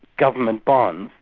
government bonds,